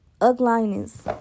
ugliness